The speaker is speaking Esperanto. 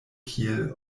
kiel